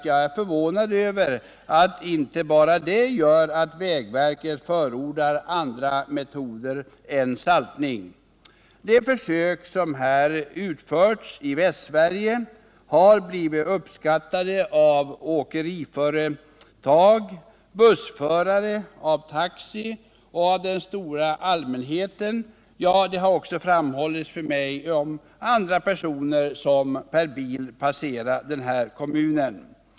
Jag är förvånad över att inte enbart detta gör att vägverket förordar andra metoder än saltning. Det försök som har utförts i Västsverige har blivit uppskattat av åkeriföretag, bussförare, taxi och den stora allmänheten samt av andra som per bil passerar kommunen.